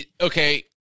Okay